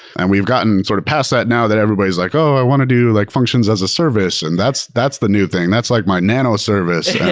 and we've gotten sort of past that now that everybody's like, oh! i want to do like functions as a service, and that's that's the new thing. that's like my nanoservice.